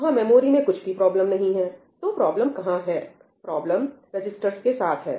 वहां मेमोरी में कुछ भी प्रॉब्लम नहीं है तो प्रॉब्लम कहां है प्रॉब्लम रजिस्टर्स के साथ है